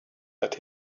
that